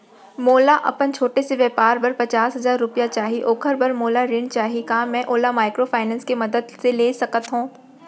मोला अपन छोटे से व्यापार बर पचास हजार रुपिया चाही ओखर बर मोला ऋण चाही का मैं ओला माइक्रोफाइनेंस के मदद से ले सकत हो?